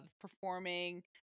performing